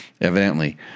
evidently